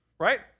Right